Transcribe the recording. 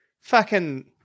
fucking-